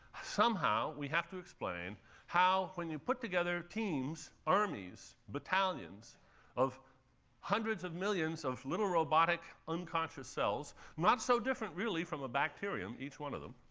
somehow, we have to explain how when you put together teams, armies, battalions of hundreds of millions of little robotic unconscious cells not so different really from a bacterium, each one of them